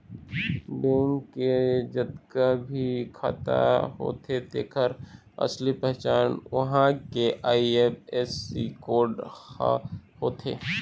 bank के जतका भी शाखा होथे तेखर असली पहचान उहां के आई.एफ.एस.सी कोड ह होथे